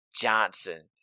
johnson